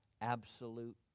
absolute